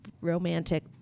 romantic